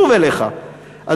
שוב אליך,